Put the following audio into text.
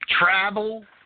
travel